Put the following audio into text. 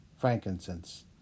frankincense